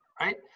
right